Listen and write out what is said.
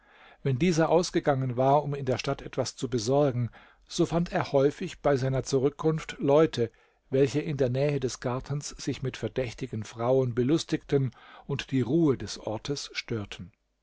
wenn dieser ausgegangen war um in der stadt etwas zu besorgen so fand er häufig bei seiner zurückkunft leute welche in der nähe des gartens sich mit verdächtigen frauen belustigten und die ruhe des ortes störten